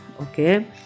okay